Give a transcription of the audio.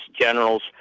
generals